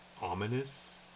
Ominous